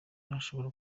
ntashobora